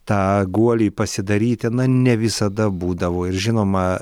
tą guolį pasidaryti na ne visada būdavo ir žinoma